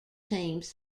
teams